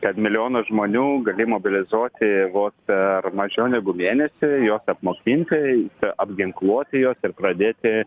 kad milijoną žmonių gali mobilizuoti vos per mažiau negu mėnesį juos apmokinti apginkluoti juos ir pradėti